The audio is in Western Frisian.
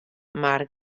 mar